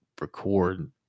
record